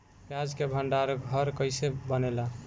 प्याज के भंडार घर कईसे बनेला?